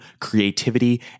creativity